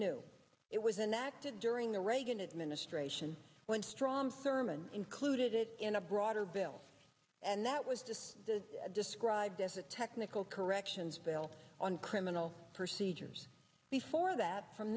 new it was enacted during the reagan administration when strom thurmond included it in a broader bill and that was just described as a technical corrections bill on criminal procedures before that from